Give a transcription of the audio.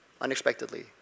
unexpectedly